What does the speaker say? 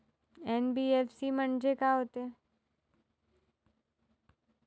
NBFC म्हणजे का होते?